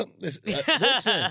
listen